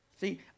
See